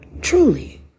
truly